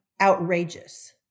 outrageous